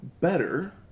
better